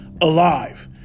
alive